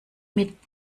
mit